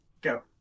go